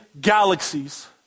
galaxies